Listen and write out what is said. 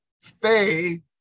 Faith